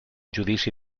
judici